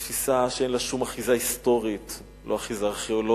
תפיסה שאין לה שום אחיזה היסטורית ולא אחיזה ארכיאולוגית.